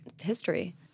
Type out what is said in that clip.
history